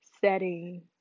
setting